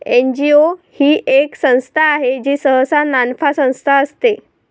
NGO ही एक संस्था आहे जी सहसा नानफा संस्था असते